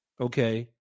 okay